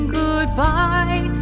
goodbye